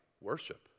worship